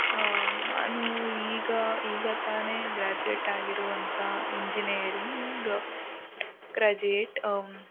ನಾನು ಈಗ ಈಗ ತಾನೇ ಗ್ರಾಜುಯೇಟ್ ಆಗಿರುವಂಥ ಇಂಜಿನಿಯರಿಂಗ್ ಗ್ರಾಜುಯೇಟ್